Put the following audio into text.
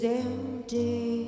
empty